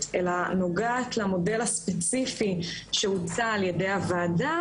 אלא נוגעת למודל הספציפי שהוצע על ידי הוועדה,